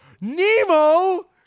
Nemo